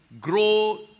grow